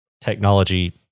technology